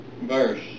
verse